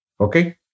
Okay